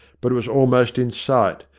but it was almost in sight,